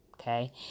okay